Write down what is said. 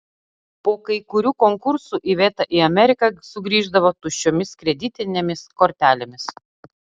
po kai kurių konkursų iveta į ameriką sugrįždavo tuščiomis kreditinėmis kortelėmis